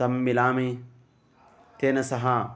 तत् मिलामि तेन सह